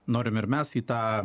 norime ir mes į tą